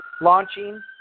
launching